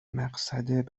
مقصد